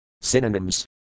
Synonyms